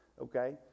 okay